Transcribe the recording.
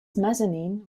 mezzanine